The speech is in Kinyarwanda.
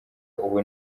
ubu